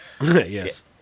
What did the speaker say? Yes